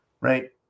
Right